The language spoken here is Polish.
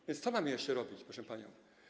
A więc co mamy jeszcze robić, proszę pani?